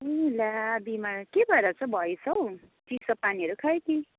ए ल्या बिमार के भएर चाहिँ भएछ हौ चिसो पानीहरू खायो कि